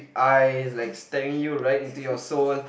eyes like staring you right into your soul